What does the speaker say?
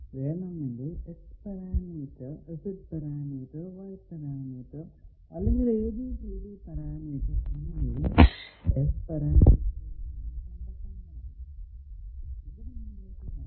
വേണമെങ്കിൽ h parameter Z parameter Y parameter അല്ലെങ്കിൽ a b c d parameter എന്നിവയും S പരാമീറ്ററിൽ നിന്നും കണ്ടെത്താനാകും